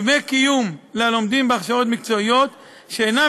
דמי קיום ללומדים בהכשרות מקצועיות שאינם